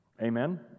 Amen